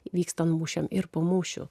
vykstant mūšiam ir po mūšių